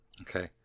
Okay